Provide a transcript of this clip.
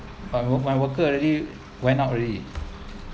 my work~ my worker already went out already